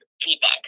feedback